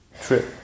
trip